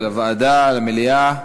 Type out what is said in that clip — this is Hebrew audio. לוועדה, למליאה?